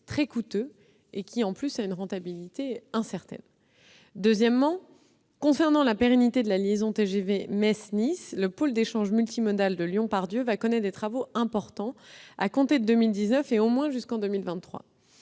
très coûteux, à la rentabilité incertaine. Concernant ensuite la pérennité de la liaison TGV Metz-Nice, le pôle d'échanges multimodal de Lyon-Part-Dieu va connaître des travaux importants à compter de 2019, au moins jusqu'en 2023.